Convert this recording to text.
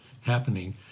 happening